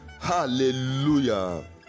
Hallelujah